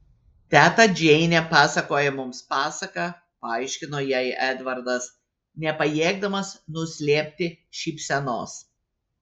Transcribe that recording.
teta džeinė pasakoja mums pasaką paaiškino jai edvardas nepajėgdamas nuslėpti šypsenos